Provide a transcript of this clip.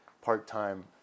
part-time